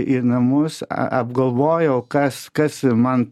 į namus a apgalvojau kas kas man